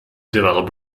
develop